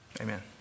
Amen